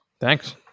Thanks